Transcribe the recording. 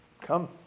come